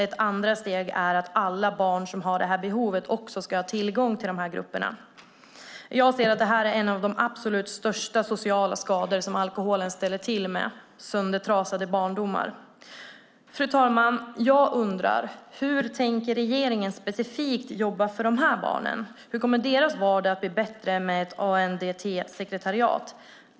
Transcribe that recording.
Ett andra steg är att alla barn som har det behovet också ska ha tillgång till dessa grupper. Jag anser att en söndertrasad barndom är en av de absolut största sociala skador som alkoholen ställer till med. Fru talman! Jag undrar hur regeringen tänker jobba för dessa barn specifikt. Hur kommer deras vardag att bli bättre med ett ANDT-sekretariat?